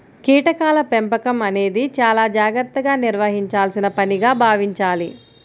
కీటకాల పెంపకం అనేది చాలా జాగర్తగా నిర్వహించాల్సిన పనిగా భావించాలి